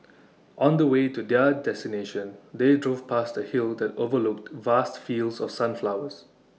on the way to their destination they drove past A hill that overlooked vast fields of sunflowers